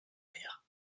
mère